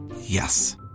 Yes